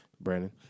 Brandon